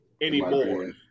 Anymore